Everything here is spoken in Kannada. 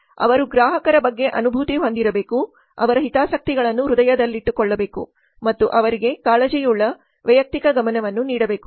ಅವರು ಗ್ರಾಹಕರ ಬಗ್ಗೆ ಅನುಭೂತಿ ಹೊಂದಿರಬೇಕು ಅವರ ಹಿತಾಸಕ್ತಿಗಳನ್ನು ಹೃದಯದಲ್ಲಿಟ್ಟುಕೊಳ್ಳಬೇಕು ಮತ್ತು ಅವರಿಗೆ ಕಾಳಜಿಯುಳ್ಳ ವೈಯಕ್ತಿಕ ಗಮನವನ್ನು ನೀಡಬೇಕು